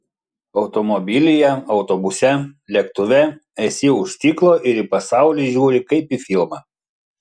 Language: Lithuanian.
automobilyje autobuse lėktuve esi už stiklo ir į pasaulį žiūri kaip į filmą